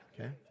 okay